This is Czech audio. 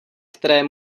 které